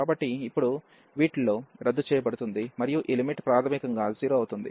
కాబట్టి ఇప్పుడు వీటిలో రద్దు చేయబడుతుంది మరియు ఈ లిమిట్ ప్రాథమికంగా 0 అవుతుంది